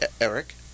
Eric